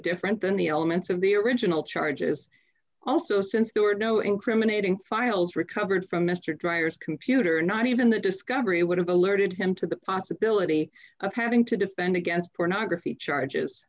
different than the elements of the original charges also since there were no incriminating files recovered from mr driers computer not even the discovery would have alerted him to the possibility of having to defend against pornography charges